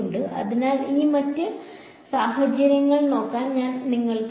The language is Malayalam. അതിനാൽ ഈ മറ്റ് സാഹചര്യങ്ങൾ നോക്കാൻ ഞാൻ നിങ്ങൾക്ക് തരാം